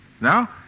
Now